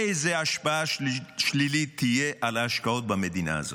איזו השפעה שלילית תהיה על ההשקעות במדינה הזאת?